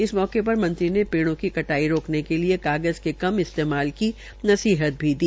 इस मौके पर मंत्री पेड़ो की कटाई रोकने के लिये कागज़ के कम इस्तेमाल की नसीहत भी दी